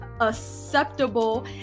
acceptable